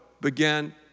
began